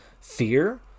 Fear